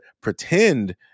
pretend